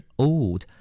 old